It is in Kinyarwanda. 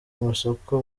amasoko